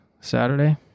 Saturday